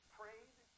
prayed